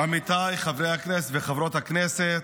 כבוד היושב-ראש, עמיתיי חברי הכנסת וחברות הכנסת,